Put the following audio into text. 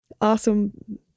awesome